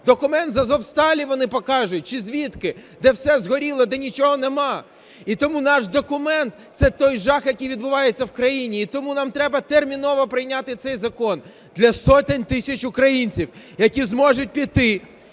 Документ з "Азовсталі" вони покажуть чи звідки, де все згоріло, де нічого нема? І тому наш документ – це той жах, який відбувається в країні, і тому нам треба терміново прийняти цей закон для сотень тисяч українців, які зможуть піти